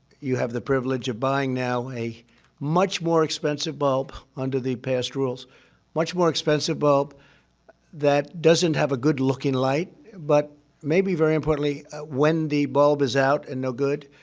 you have the privilege of buying now a much more expensive bulb under the past rules much more expensive bulb that doesn't have a good-looking light. but maybe, very importantly when the bulb is out and no good,